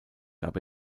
gab